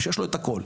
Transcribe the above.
שיש לו את הכול,